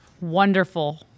Wonderful